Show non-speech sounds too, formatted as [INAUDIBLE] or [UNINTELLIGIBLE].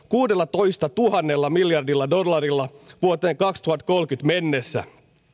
[UNINTELLIGIBLE] kuudellatoistatuhannella miljardilla dollarilla vuoteen kaksituhattakolmekymmentä mennessä